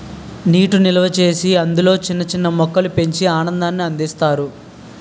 నీటి నిల్వచేసి అందులో చిన్న చిన్న మొక్కలు పెంచి ఆనందాన్ని అందిస్తారు